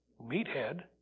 meathead